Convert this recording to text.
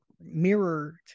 mirrored